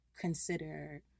consider